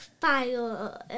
fire